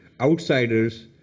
outsiders